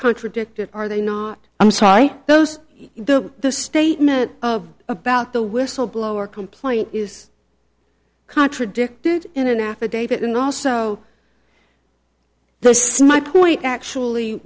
contradicted are they not i'm sorry those are the statement about the whistleblower complaint is contradicted in an affidavit and also the smy point actually